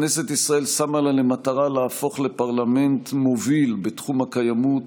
כנסת ישראל שמה לה למטרה להפוך לפרלמנט מוביל בתחום הקיימות